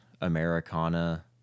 Americana